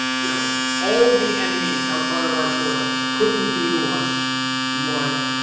you know, all the enemies outside of our soil couldn't do to us what